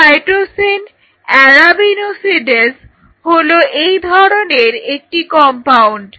cytosine arabinosidase হলো এই ধরনের একটি কম্পাউন্ড